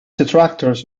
detractors